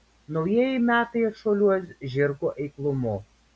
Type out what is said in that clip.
naujieji metai atšuoliuos žirgo eiklumu